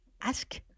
ask